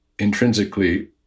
Intrinsically